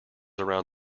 around